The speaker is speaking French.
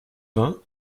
vingts